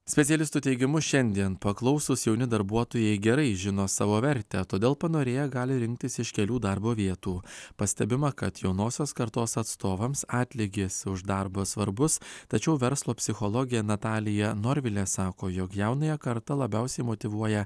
specialistų teigimu šiandien paklausūs jauni darbuotojai gerai žino savo vertę todėl panorėję gali rinktis iš kelių darbo vietų pastebima kad jaunosios kartos atstovams atlygis už darbą svarbus tačiau verslo psichologė natalija norvilė sako jog jaunąją kartą labiausiai motyvuoja